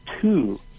two